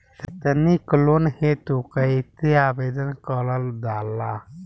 सैक्षणिक लोन हेतु कइसे आवेदन कइल जाला?